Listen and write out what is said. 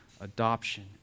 adoption